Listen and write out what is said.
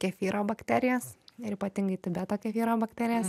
kefyro bakterijas ir ypatingai tibeto kefyro bakterijas